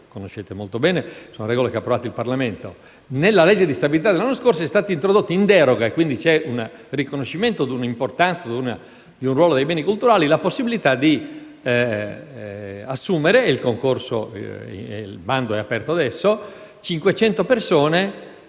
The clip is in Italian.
conoscete molto bene perché le ha approvate il Parlamento. Nella legge di stabilità dell'anno scorso è stata introdotta in deroga - c'è un riconoscimento importante di un ruolo dei beni culturali - la possibilità di assumere - il bando è aperto - 500 persone